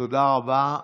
תודה רבה.